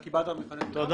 אתה קיבלת את מבחני התמיכה?